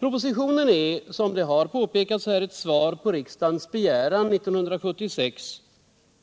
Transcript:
Propositionen är som det har påpekats här i debatten ett svar på riksdagens begäran 1976